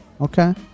okay